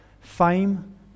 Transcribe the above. fame